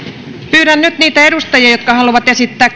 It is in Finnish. pyydän nyt niitä edustajia jotka haluavat esittää